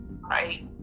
right